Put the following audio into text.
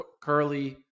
Curly